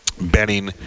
Benning